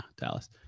Dallas